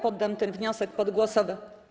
Poddam ten wniosek pod głosowanie.